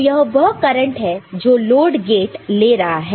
तो यह वह करंट है जो लोड गेट ले रहा है